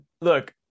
look